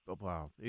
wow